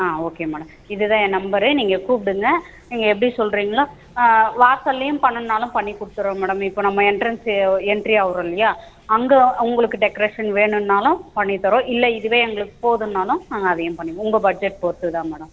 ஆ okay madam இது தான் என் நம்பரு நீங்கள் கூப்பிடுங்க நீங்கள் எப்படி சொல்கிறீங்களோ வாசல்லேயும் பண்ணணுன்னாலும் பண்ணிக் கொடுத்துர்றோம் மேடம் இப்போ நம்ம எண்ட்ரென்ஸ்ஸு எண்ட்ரி ஆகிறோம் இல்லையா அங்கே அவங்களுக்கு டெக்ரேஷன் வேணும்னாலும் பண்ணித் தரோம் இல்லை இதுவே எங்களுக்கு போதும்னாலும் நாங்கள் அதையும் பண்ணி உங்கள் பட்ஜெட் பொறுத்து தான் மேடம்